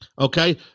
Okay